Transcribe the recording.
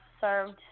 served